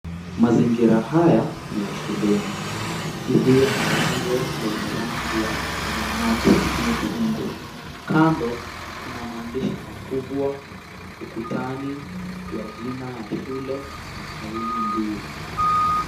Mazingira haya ni ya shuleni iliyo na lango lenye rangi ya samawati iliyofungwa. Kando kuna maandishi makubwa ukutani ya jina ya shule na kauli mbiu.